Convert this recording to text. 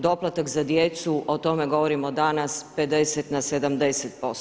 Doplatak za djecu, o tome govorimo danas 50 na 70%